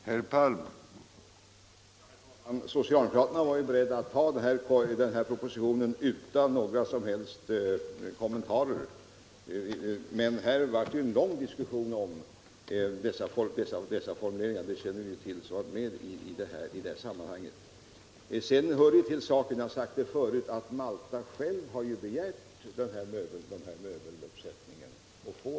Herr talman! Socialdemokraterna var beredda att ta propositionen utan några som helst kommentarer, men det blev en lång diskussion om dessa formuleringar. Det känner de till som var med i sammanhanget. Sedan hör det till saken — jag har sagt det förut — att Maltas regering har begärt den här möbeluppsättningen.